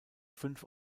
fünf